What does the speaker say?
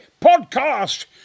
Podcast